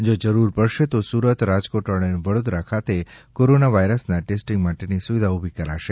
જો જરૂર પડશે તો સુરત રાજકોટ અને વડોદરા ખાતે કોરોના વાયરસના ટેસ્ટીંગ માટેની સુવિધા ઊભી કરાશે